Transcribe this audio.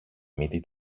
μύτη